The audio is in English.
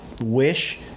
wish